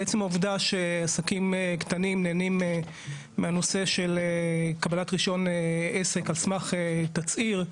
עצם העובדה שעסקים קטנים נהנים מנושא קבלת רישיון עסק על סמך תצהיר,